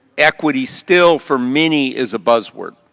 equity still for many is a buzz word.